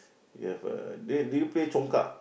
it have a did you play Congkak